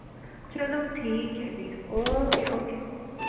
ਚਲੋ ਠੀਕ ਹੈ ਜੀ ਓਕੇ ਓਕੇ